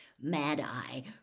Mad-Eye